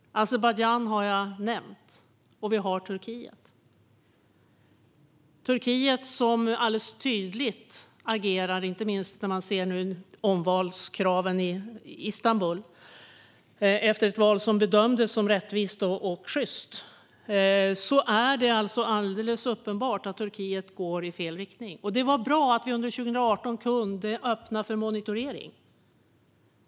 Azerbajdzjan har jag nämnt. Vi har också Turkiet, som nu agerar tydligt. Det ser man inte minst på kravet på omval i Istanbul efter ett val som bedömdes som rättvist och sjyst. Det är alldeles uppenbart att Turkiet nu går i fel riktning. Det var bra att vi under 2018 kunde öppna för monitorering.